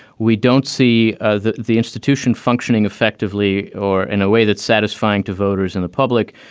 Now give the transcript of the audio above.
we don't see ah the the institution functioning effectively or in a way that's satisfying to voters and the public.